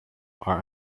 are